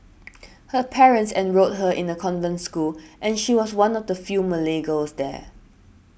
her parents enrolled her in a convent school and she was one of the few Malay girls there